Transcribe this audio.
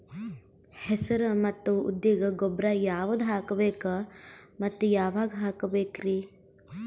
ಹೆಸರು ಮತ್ತು ಉದ್ದಿಗ ಗೊಬ್ಬರ ಯಾವದ ಹಾಕಬೇಕ ಮತ್ತ ಯಾವಾಗ ಹಾಕಬೇಕರಿ?